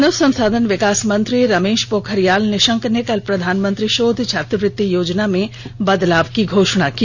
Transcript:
मानव संसाधन विकास मंत्री रमेश पोखरियाल निशंक ने कल प्रधानमंत्री शोध छात्रवृत्ति योजना में बदलाव की घोषणा की